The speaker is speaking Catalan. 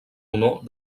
honor